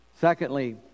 Secondly